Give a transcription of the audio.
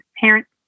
Parents